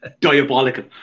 diabolical